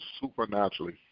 supernaturally